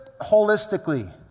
holistically